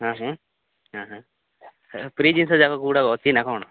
ହାଁ ହାଁ ହାଁ ହାଁ ଫ୍ରିଜ୍ରେ ସେ ଯାକ ଗୁଡ଼ାକ ଅଛି ନା କ'ଣ